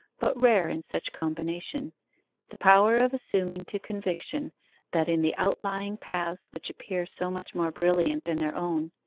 but rare in such combination the power of assuming to conviction that in the outlying paths which appear so much more brilliant than their own,